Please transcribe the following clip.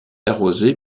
arrosée